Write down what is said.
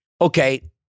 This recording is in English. Okay